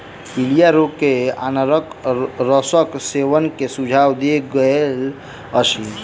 पीलिया रोगी के अनारक रसक सेवन के सुझाव देल गेल अछि